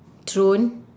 thrown